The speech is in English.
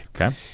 Okay